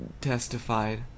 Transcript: testified